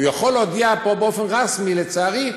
הוא יכול להודיע פה באופן רשמי: לצערי,